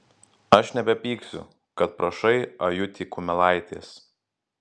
aš nebepyksiu kad prašai ajutį kumelaitės